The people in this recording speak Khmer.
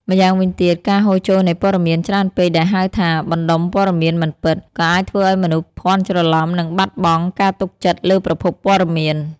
ម្យ៉ាងវិញទៀត ការហូរចូលនៃព័ត៌មានច្រើនពេកដែលហៅថា បណ្តុំព័ត៌មានមិនពិត ក៏អាចធ្វើឲ្យមនុស្សភាន់ច្រឡំនិងបាត់បង់ការទុកចិត្តលើប្រភពព័ត៌មាន។